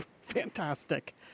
fantastic